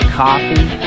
coffee